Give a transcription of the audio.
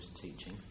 teaching